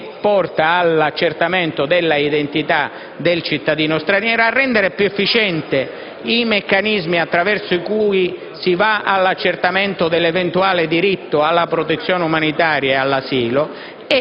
che porta all'accertamento della identità del cittadino straniero, nel rendere più efficienti i meccanismi attraverso cui si va all'accertamento dell'eventuale diritto alla protezione umanitaria e all'asilo,